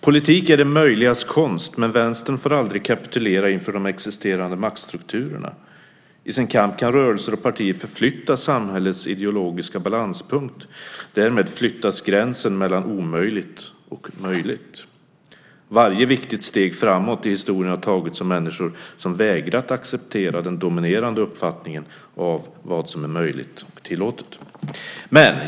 "Politik är det möjligas konst men vänstern får aldrig kapitulera inför de existerande maktstrukturerna. - I sin kamp kan rörelser och partier förflytta samhällets ideologiska balanspunkt. Därmed flyttas gränsen mellan 'omöjligt' och 'möjligt'. - Varje viktigt steg framåt i historien har tagits av människor som vägrat acceptera den dominerande uppfattningen om vad som är möjligt och tillåtet."